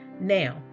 Now